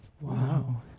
Wow